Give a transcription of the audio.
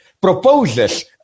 proposes